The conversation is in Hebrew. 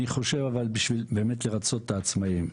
אבל אני חושב שבאמת כדי לרצות את העצמאים,